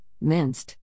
minced